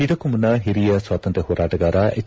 ಇದಕ್ಕೂ ಮುನ್ನಾ ಹಿರಿಯ ಸ್ವಾತಂತ್ರ್ಯ ಹೋರಾಟಗಾರ ಎಜ್